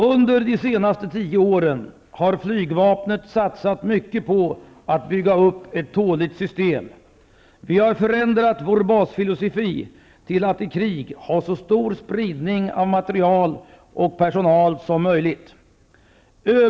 Under de senaste tio åren har flygvapnet satsat mycket på att bygga upp ett ''tåligt'' system. Vi har förändrat vår basfilosofi till att, i krig, ha så stor spridning av materiel och personal som möjligt.